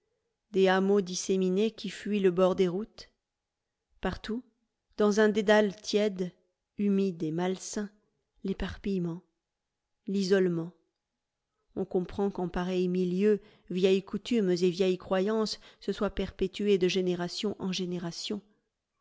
des hameaux disséminés qui fuient le bord des routes partout dans un dédale tiède humide et malsain l'éparpillement l'isolement on comprend qu'en pareil milieu vieilles coutumes et vieilles croyances se soient perpétuées de génération en génération